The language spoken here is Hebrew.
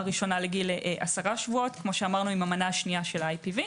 הראשונה לגיל 10 שבועות כמו שאמרנו עם המנה השנייה של ה- IPV,